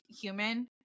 human